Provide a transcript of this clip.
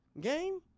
game